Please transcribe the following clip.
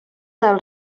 del